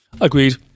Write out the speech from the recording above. Agreed